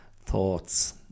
thoughts